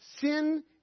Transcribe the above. sin